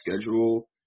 schedule